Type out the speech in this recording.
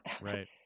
Right